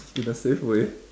in a safe way